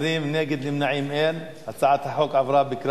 נוסף על כך מסר המנכ"ל כי יישומו של החוק המוצע,